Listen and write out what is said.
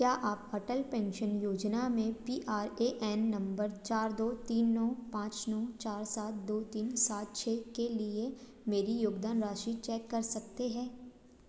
क्या आप अटल पेंशन योजना में P R A N number चार दो तीन नो पाँच नौ चार सात दो तीन सात छः के लिए मेरी योगदान राशि चेक कर सकते हैं